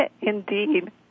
indeed